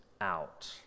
out